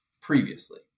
previously